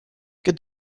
good